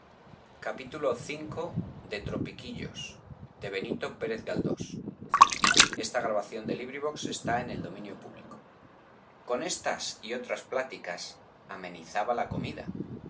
v con estas y otras pláticas amenizaba la comida